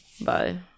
bye